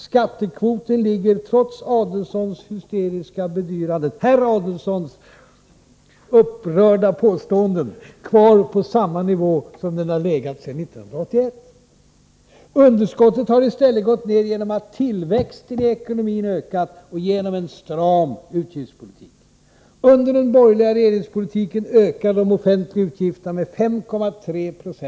Skattekvoten ligger, trots Adelsohns hysteriska bedyranden — herr Adelsohns upprörda påståenden — kvar på samma nivå som 1981. Underskottet har i stället gått ned på grund av att tillväxten i ekonomin har ökat och till följd av en stram utgiftspolitik. Under den borgerliga regeringspolitiken ökade de offentliga utgifterna med 5,3 9o per år.